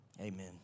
Amen